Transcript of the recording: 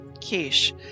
Kish